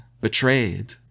betrayed